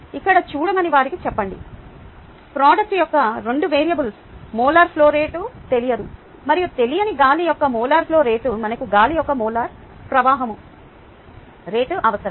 ఇక్కడ చూడమని వారికి చెప్పండి ప్రాడక్ట్ యొక్క 2 వేరియబుల్స్ మోలార్ ఫ్లో రేటు తెలియదు మరియు తెలియని గాలి యొక్క మోలార్ ఫ్లో రేటు మనకు గాలి యొక్క మోలార్ ప్రవాహం రేటు అవసరం